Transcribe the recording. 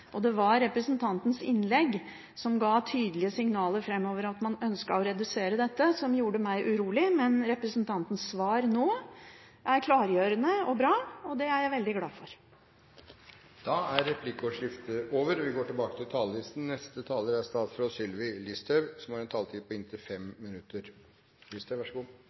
Det var representantens innlegg, som ga tydelige signaler om at man ønsket å redusere dette framover, som gjorde meg urolig, men representantens svar nå er klargjørende og bra, og det er jeg veldig glad for. Replikkordskiftet er over. I forslaget fra representantene Navarsete, Arnstad, Slagsvold Vedum og